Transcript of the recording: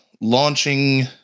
launching